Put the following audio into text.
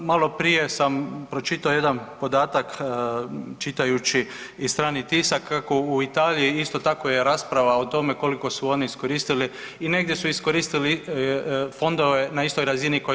Maloprije sam pročitao jedan podatak čitajući i strani tisak kako je u Italiji isto tako rasprava o tome koliko su oni iskoristili i negdje su iskoristili fondove na istoj razini ko i mi.